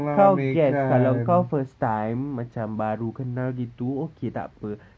kau guest kalau kau first time macam baru kenal gitu okay takpe